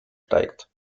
steigt